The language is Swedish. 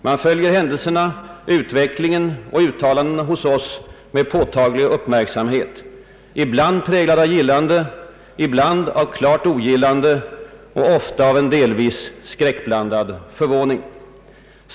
Man följer händelserna, utvecklingen och uttalandena hos oss med påtaglig uppmärksamhet — ibland präglad av gillande, ibland av klart ogillande och ofta av en delvis skräckblandad förvåning.